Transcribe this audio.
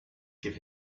give